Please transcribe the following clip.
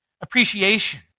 appreciation